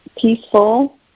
peaceful